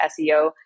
seo